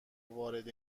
وارد